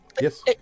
yes